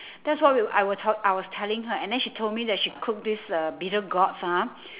that's what we I were t~ I was telling her and then she told that me she cooked this uh bittergourds ah